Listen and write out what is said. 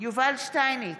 יובל שטייניץ,